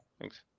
thanks